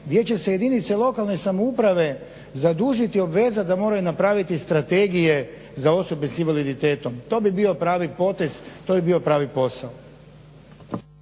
gdje će se jedinice lokalne samouprave zadužiti i obvezati da moraju napraviti strategije za osobe s invaliditetom, to bi bio pravi potez, to bi bio pravi posao.